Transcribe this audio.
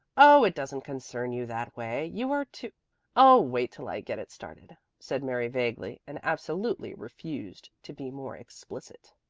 oh it doesn't concern you that way. you are to oh wait till i get it started, said mary vaguely and absolutely refused to be more explicit.